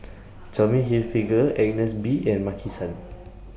Tommy Hilfiger Agnes B and Maki San